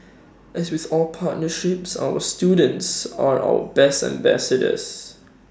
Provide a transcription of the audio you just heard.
as with all partnerships our students are our best ambassadors